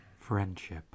Friendship